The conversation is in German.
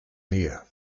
näher